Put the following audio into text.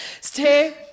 Stay